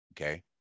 Okay